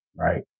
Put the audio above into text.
right